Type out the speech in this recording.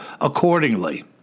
accordingly